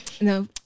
no